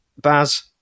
Baz